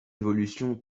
évolution